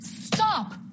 Stop